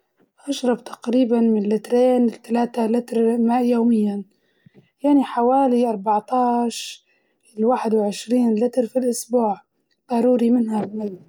أشرب تقريباً من لترين لثلاثة لتر ماء يومياً، يعني حوالي أربعة عشر لواحد وعشرين لتر في الأسبوع ضروري منها المي.